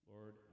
Lord